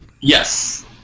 Yes